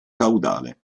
caudale